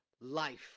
life